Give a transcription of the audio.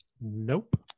Nope